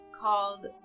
called